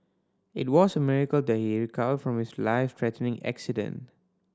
it was a miracle that he recovered from his life threatening accident